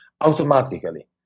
automatically